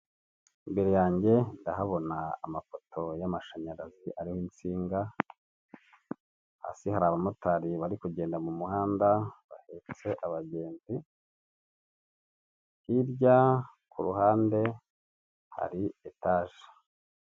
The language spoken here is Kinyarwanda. Imbere yanjye ndahabona amapoto y'amashanyarazi arimo insinga, hasi hari abamotari bari kugenda mu muhanda bahetse abagenzi, hirya ku ruhande hari etaje.